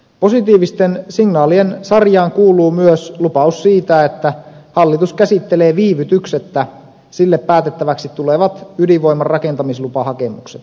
positiivisten signaalien sarjaan kuuluu myös lupaus siitä että hallitus käsittelee viivytyksettä sille päätettäväksi tulevat ydinvoiman rakentamislupahakemukset